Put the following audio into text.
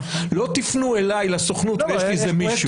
לא "תפנו אליי לסוכנות ויש לי איזה מישהו".